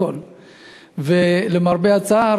למרבה הצער,